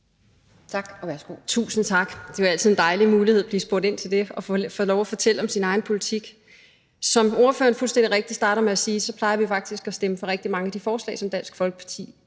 Thiesen (NB): Tusind tak. Det er jo altid en dejlig mulighed, at der bliver spurgt ind til det, så man kan få lov til at fortælle om sin egen politik. Som ordføreren fuldstændig rigtigt starter med at sige, så plejer vi faktisk at stemme for rigtig mange af de forslag, som Dansk Folkeparti